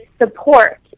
support